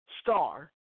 star